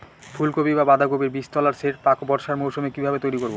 ফুলকপি বা বাঁধাকপির বীজতলার সেট প্রাক বর্ষার মৌসুমে কিভাবে তৈরি করব?